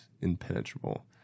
impenetrable